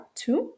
two